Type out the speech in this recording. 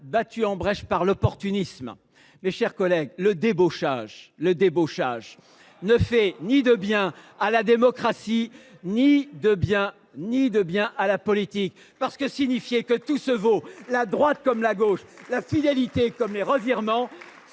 battu en brèche par l’opportunisme. Mes chers collègues, le débauchage ne fait de bien ni à la démocratie ni à la politique ! Car afficher que tout se vaut, la droite comme la gauche, la fidélité comme les revirements,